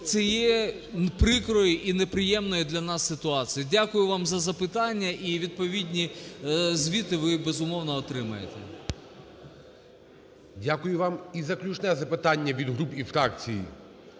цієї прикрої і неприємної для нас ситуації. Дякую вам за запитання і відповідні звіти ви їх, безумовно, отримаєте. ГОЛОВУЮЧИЙ. Дякую вам. І заключне запитання від груп і фракцій